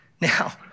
Now